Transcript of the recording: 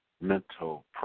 mental